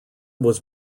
was